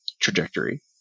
trajectory